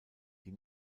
die